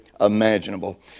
imaginable